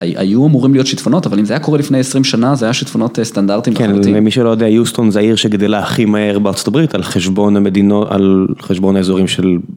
ה-היו אמורים להיות שיטפונות, אבל אם זה היה קורה לפני 20 שנה, זה היה שיטפונות א-סטנדרטיים. כן למי שלא יודע, יוסטון זה העיר שגדלה הכי מהר בארצות הברית, על חשבון המדינו- על... חשבון האזורים של...